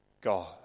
God